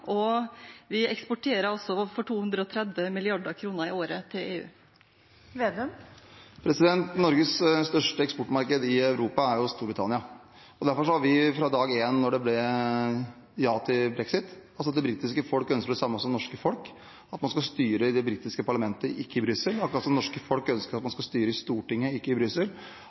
og vi eksporterer for 230 mrd. kr i året til EU. Norges største eksportmarked i Europa er Storbritannia. Derfor har vi fra dag én etter at det ble ja til brexit – altså at det britiske folk ønsker det samme som det norske folk, at man skal styre i det britiske parlamentet, ikke i Brussel, akkurat som det norske folk ønsker at man skal styre i Stortinget, ikke i Brussel